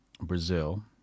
Brazil